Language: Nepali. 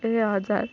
ए हजुर